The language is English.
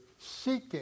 seeking